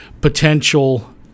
potential